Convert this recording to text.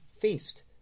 feast